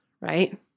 Right